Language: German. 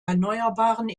erneuerbaren